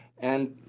and,